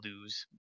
lose